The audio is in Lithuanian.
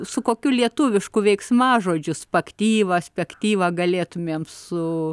su kokiu lietuvišku veiksmažodžiu spaktyva spektyva galėtumėm su